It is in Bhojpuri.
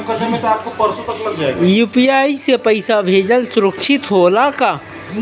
यू.पी.आई से पैसा भेजल सुरक्षित होला का?